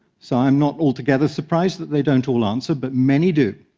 so i'm not altogether surprised that they don't all answer, but many do.